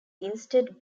instead